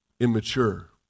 immature